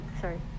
sorry